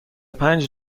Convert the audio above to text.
پنج